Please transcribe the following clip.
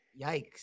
yikes